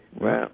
Wow